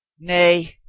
nay,